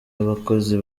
abakozi